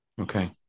Okay